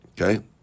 Okay